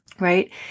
right